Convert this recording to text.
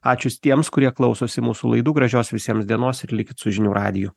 ačiū tiems kurie klausosi mūsų laidų gražios visiems dienos ir likit su žinių radiju